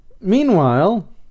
Meanwhile